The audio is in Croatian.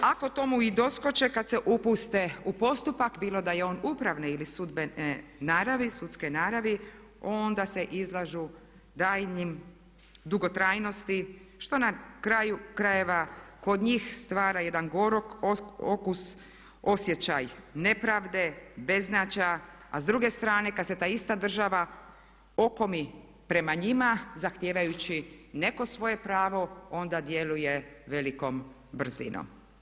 Ako tome i doskoče kad se upuste u postupak bilo da je on upravne ili sudbene naravi, sudske naravi, onda se izlažu daljnjoj dugotrajnosti što na kraju krajeva kod njih stvara jedan gorak okus, osjećaj nepravde, beznađa, a s druge strane kad se ta ista država okomi prema njima zahtijevajući neko svoje pravo onda djeluje velikom brzinom.